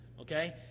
Okay